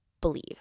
believe